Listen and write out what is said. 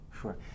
sure